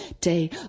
Day